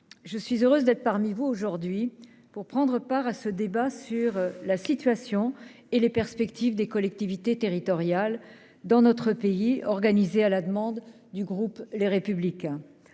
je suis heureuse d'être parmi vous aujourd'hui pour prendre part à ce débat sur la situation et les perspectives des collectivités territoriales dans notre pays, débat organisé à la demande du groupe Les Républicains.